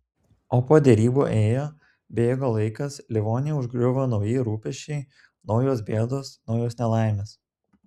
o po derybų ėjo bėgo laikas livoniją užgriuvo nauji rūpesčiai naujos bėdos naujos nelaimės